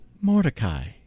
Mordecai